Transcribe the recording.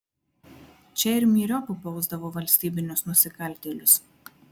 čia ir myriop bausdavo valstybinius nusikaltėlius